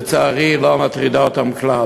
לצערי, לא מטרידה אותם כלל.